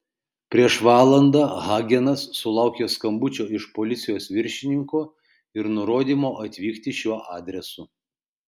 prieš valandą hagenas sulaukė skambučio iš policijos viršininko ir nurodymo atvykti šiuo adresu